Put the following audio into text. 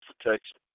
protection